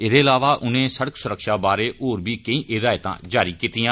एह्दे इलावा उनें सड़क सुरक्षा बारै होर बी केंई हिदायतां जारी कीतियां